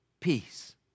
peace